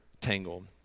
tangled